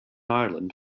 ireland